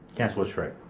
councillor sri